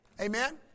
Amen